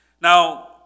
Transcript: Now